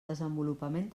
desenvolupament